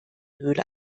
höhle